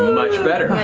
much better.